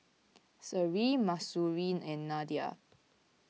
Seri Mahsuri and Nadia